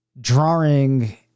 drawing